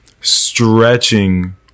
Stretching